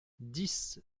dix